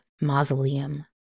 mausoleum